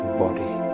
body